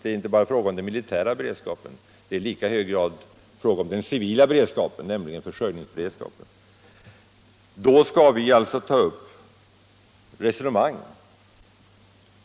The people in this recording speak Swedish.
Det är inte bara fråga om den militära beredskapen utan i lika hög grad den civila beredskapen, försörjningsberedskapen. Då skall vi enligt moderaterna ta upp resonemang.